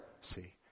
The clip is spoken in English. See